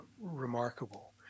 remarkable